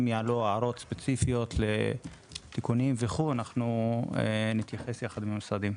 אם יעלו הערות ספציפיות לתיקונים אנחנו נתייחס יחד עם המשרדים.